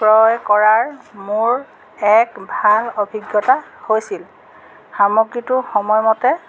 ক্ৰয় কৰাৰ মোৰ এক ভাল অভিজ্ঞতা হৈছিল সামগ্ৰীটো সময়মতে